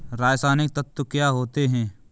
रसायनिक तत्व क्या होते हैं?